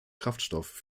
kraftstoff